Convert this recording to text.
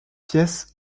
pièce